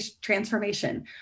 transformation